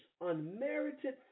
unmerited